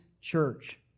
church